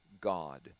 God